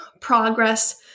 progress